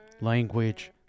language